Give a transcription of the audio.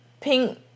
Pink